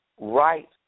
right